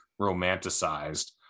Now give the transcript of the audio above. romanticized